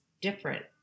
different